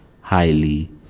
highly